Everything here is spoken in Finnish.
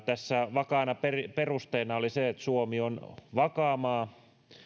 tässä vakaana perusteena oli se että suomi on vakaa maa